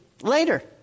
later